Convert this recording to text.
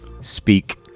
speak